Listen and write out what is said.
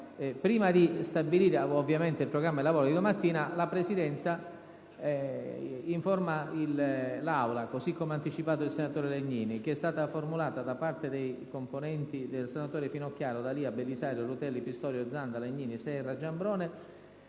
prima di stabilire il programma dei lavori di domani mattina, la Presidenza informa l'Assemblea - come anticipato dal senatore Legnini - che è stata formulata, da parte dei senatori Finocchiaro, D'Alia, Belisario, Rutelli, Pistorio, Zanda, Legnini, Serra e Giambrone,